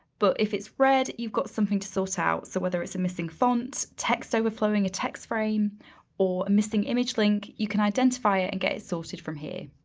but if it's red, you've got something to sort out. so whether it's a missing font, text overflowing a text frame or a missing image link you can identify it and get it sorted from here.